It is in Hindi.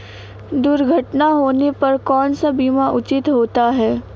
दुर्घटना होने पर कौन सा बीमा उचित होता है?